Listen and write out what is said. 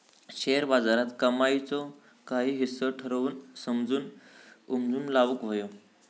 share बाजारात कमाईचो काही हिस्सो ठरवून समजून उमजून लाऊक व्हये